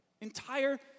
Entire